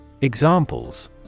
Examples